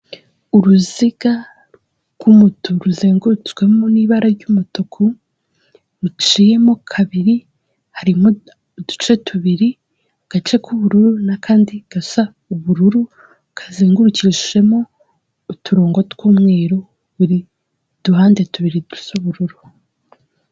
Uruziga rw'umutuku ruzengurutswemo n'ibara ry'umutuku ruciyemo kabiri, harimo uduce tubiri agace k'ubururu n'akandi gasa ubururu kazengurukishijemo uturongo tw'umweru, buri duhande tubiri dusa ubururu.